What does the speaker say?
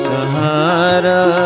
Sahara